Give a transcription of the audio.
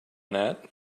that